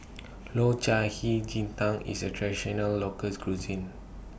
Low Cai Hei Ji Tang IS A Traditional locals Cuisine